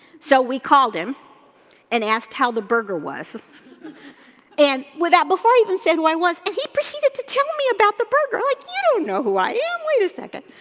so, we called him and asked how the burger was and without, before i even said who i was, and he proceeded to tell me about the burger, i'm like you don't know who i am, wait a second.